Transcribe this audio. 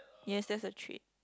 yes that's a trait